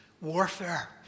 warfare